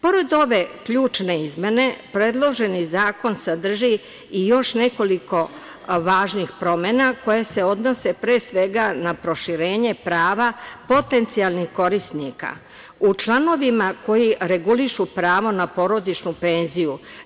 Pored ove ključne izmene, predloženi zakon sadrži i još nekoliko važnih promena koje se odnose pre svega na proširenje prava potencijalnih korisnika u članovima koji regulišu pravo na porodičnu penziju.